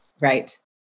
Right